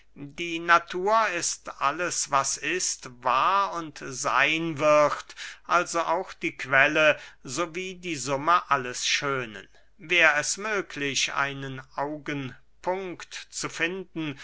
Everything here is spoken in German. die natur ist alles was ist war und seyn wird also auch die quelle so wie die summe alles schönen wär es möglich einen augenpunkt zu finden